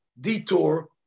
detour